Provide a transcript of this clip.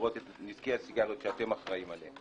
שמסבירות את נזקי הסיגריות שאתם אחראיים עליהם.